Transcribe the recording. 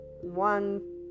one